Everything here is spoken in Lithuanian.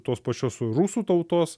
tos pačios rusų tautos